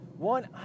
One